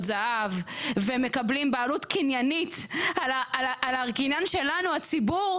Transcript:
זהב ומקבלים בעלות קניינית על הקניין שלנו הציבור.